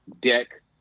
deck